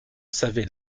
savait